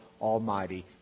Almighty